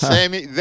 Sammy